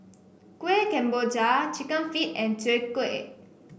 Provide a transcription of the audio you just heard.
Kuih Kemboja Chicken Feet and Chwee Kueh